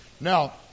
Now